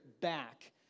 back